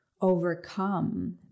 overcome